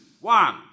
one